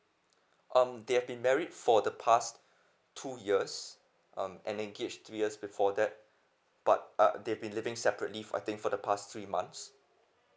um they've been married for the past two years um and engaged two years before that but uh they've been living separately I think for the past three months